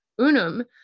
unum